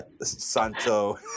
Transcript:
Santo